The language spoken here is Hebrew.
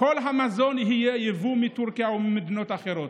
כל המזון יהיה יבוא מטורקיה וממדינות אחרות,